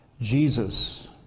Jesus